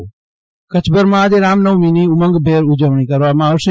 જયદિપ વૈષ્ણવ રામનવમી કચ્છભરમાં આજે રામનવમીની ઉમંગભેર ઉજવણી કરવામાં આવશે